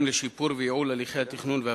לשיפור ולייעול הליכי התכנון והבנייה.